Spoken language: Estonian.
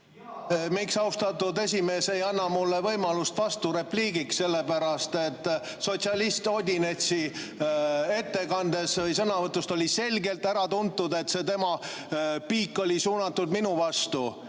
Miks austatud esimees ei anna mulle võimalust vasturepliigiks? Sotsialist Odinetsi ettekandest või sõnavõtust oli selgelt äratuntav, et tema piik oli suunatud minu vastu.